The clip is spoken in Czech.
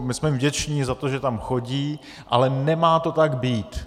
My jsme vděční za to, že tam chodí, ale nemá to tak být.